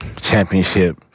championship